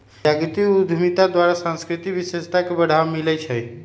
जातीगत उद्यमिता द्वारा सांस्कृतिक विशेषता के बढ़ाबा मिलइ छइ